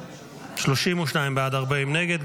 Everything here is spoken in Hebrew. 32 בעד, 40 נגד.